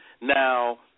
now